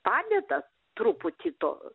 padeda truputį to